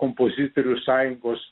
kompozitorių sąjungos